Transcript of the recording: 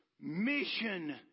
mission